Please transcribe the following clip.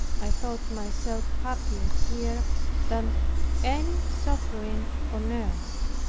i thought myself happier here than any sovereign on earth.